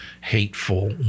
hateful